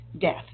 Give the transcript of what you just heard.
death